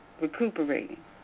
recuperating